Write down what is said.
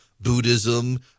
Buddhism